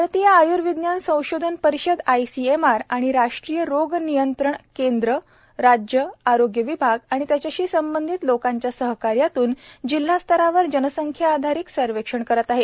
भारतीय आय्र्विज्ञान संशोधन परिषद आईसीएमआर आणि राष्ट्रीय रोग नियंत्रण केंद्र राज्य आरोग्य विभाग आणि त्याच्याशी संबधित लोकांच्या सहकार्यातून जिल्हास्तरावर जनसंख्या आधारित सर्वेक्षण करत आहे